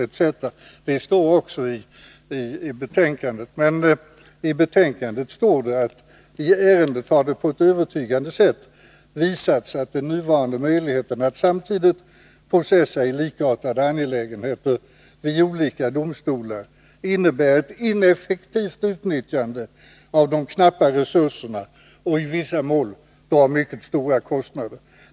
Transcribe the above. Det står visserligen så i betänkandet, men där står också: ”I ärendet har det på ett övertygande sätt visats att den nuvarande möjligheten att samtidigt processa i likartade angelägenheter vid olika domstolar innebär ett ineffektivt utnyttjande av de knappa resurserna och i vissa mål drar mycket stora kostnader.